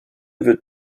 wird